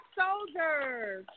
soldiers